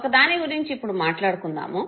ఒక దాని గురించి ఇప్పుడు మాట్లాడుకుందాము